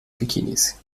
bikinis